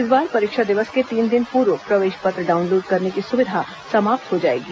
इस बार परीक्षा दिवस के तीन दिन पूर्व प्रवेश पत्र डाउनलोड करने की सुविधा समाप्त हो जाएगी